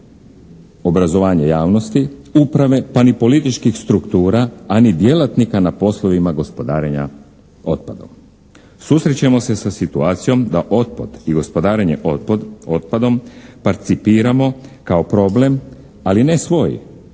obrazovanje javnosti, uprave pa ni političkih struktura a ni djelatnika na poslovima gospodarenja otpadom. Susrećemo se sa situacijom da otpad i gospodarenje otpadom parcipiramo kao problem ali ne svoj